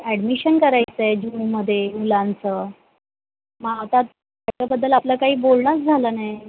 admission करायचं आहे जूनमध्ये मुलांचं मग आता त्याच्याबद्दल आपलं काही बोलणंच झालं नाही